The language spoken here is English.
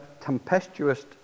tempestuous